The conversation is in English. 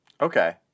Okay